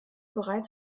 bereits